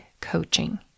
coaching